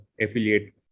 affiliate